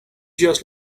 just